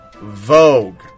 Vogue